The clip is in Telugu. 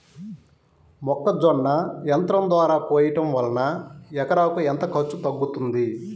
మొక్కజొన్న యంత్రం ద్వారా కోయటం వలన ఎకరాకు ఎంత ఖర్చు తగ్గుతుంది?